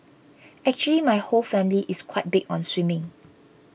actually my whole family is quite big on swimming